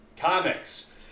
comics